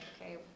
okay